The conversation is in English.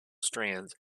strands